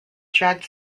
dread